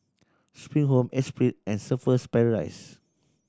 Spring Home Esprit and Surfer's Paradise